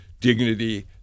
dignity